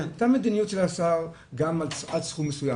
הייתה מדיניות של השר גם עד סכום מסוים,